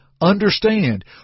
Understand